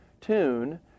tune